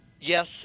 yes